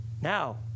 Now